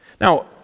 Now